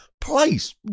place